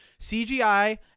cgi